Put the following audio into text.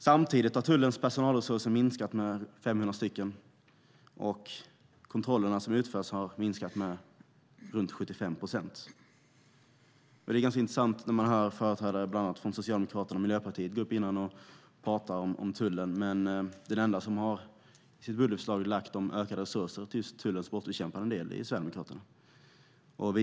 Samtidigt har tullens personalresurser minskat med nästan 500 personer, och antalet kontroller som utförs har minskat med runt 75 procent. Det är ganska intressant när man hör företrädare för bland andra Socialdemokraterna och Miljöpartiet som tidigare har pratat om tullen. Men de enda som har lagt fram förslag om ökade resurser för tullens brottsbekämpande del är Sverigedemokraterna.